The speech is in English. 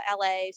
LA